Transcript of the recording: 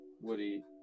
Woody